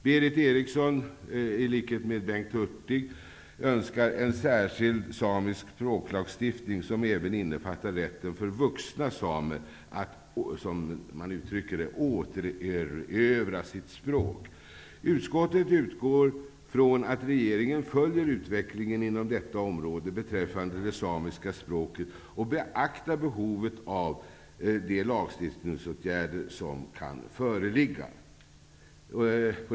Berith Eriksson, i likhet med Bengt Hurtig, önskar en särskild samisk språklagstiftning, som även innefattar rätten för vuxna att -- som man uttrycker det -- återerövra sitt språk. Utskottet utgår från att regeringen följer utvecklingen inom detta område när det gäller det samiska språket och beaktar behovet av de lagstiftningsåtgärder som kan föreligga.